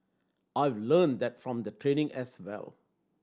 I learnt that from the training as well